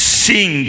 sing